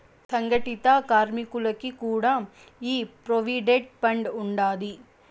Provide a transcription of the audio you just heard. సంగటిత కార్మికులకి కూడా ఈ ప్రోవిడెంట్ ఫండ్ ఉండాది